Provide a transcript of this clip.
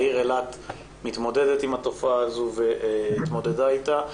העיר אילת מתמודדת עם התופעה הזו והתמודדה איתה.